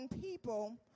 people